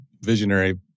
visionary